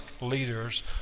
leaders